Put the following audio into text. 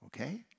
okay